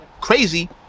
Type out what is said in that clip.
crazy